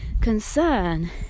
concern